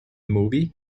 movie